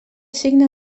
signe